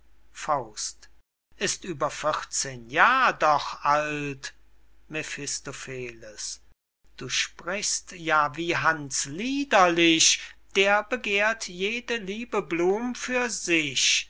gewalt ist über vierzehn jahr doch alt mephistopheles du sprichst ja wie hans liederlich der begehrt jede liebe blum für sich